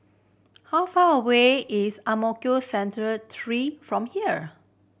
how far away is Ang Mo Kio Central Three from here